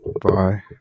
Bye